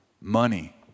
Money